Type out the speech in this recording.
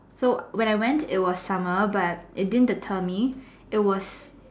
so when I went it was summer but it didn't deter me it was